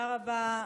תודה רבה,